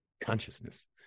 consciousness